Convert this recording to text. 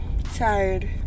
Tired